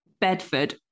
Bedford